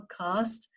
podcast